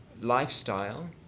lifestyle